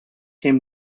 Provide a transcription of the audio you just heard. came